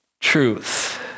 truth